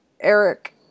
Eric